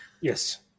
Yes